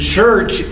Church